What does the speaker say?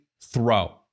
throw